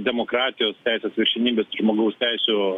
demokratijos teisės viršenybės žmogaus teisių